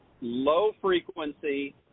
Low-frequency